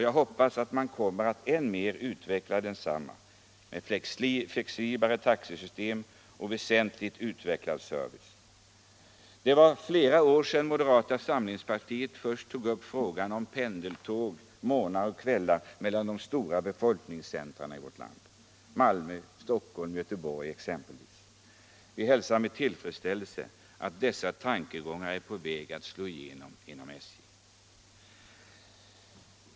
Jag hoppas att man kommer att än mer utveckla denna rörlighet och införa flexiblare taxesystem och väsentligt utökad service. Det är flera år sedan moderata samlingspartiet först tog upp frågan om ofta gående tåg morgnar och kvällar mellan de stora befolkningscentra i vårt land, exempelvis Malmö, Stockholm, Göteborg. Vi hälsar med tillfredsställelse att dessa tankegångar nu är på väg att slå igenom inom SJ.